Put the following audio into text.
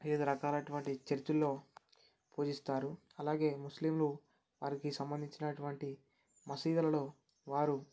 వివిధ రకాలటువంటి చర్చిల్లో పూజిస్తారు అలాగే ముస్లింలు వారికి సంబంధించినటువంటి మసీదులలో వారు